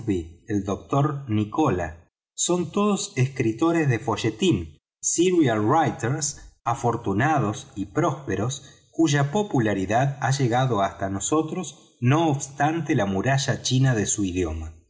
zenda guy jjoothby son todos escritores do folletín erial writer afortunados y prósperos cuya popularidad ha llegado hasta nosotros no obstante la muralla china de su idioma